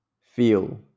feel